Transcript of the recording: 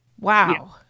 wow